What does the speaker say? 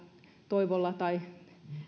toivolla tai